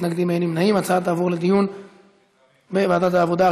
ההצעה להעביר את הנושא לוועדת העבודה,